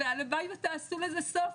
והלוואי ותעשו לזה סוף,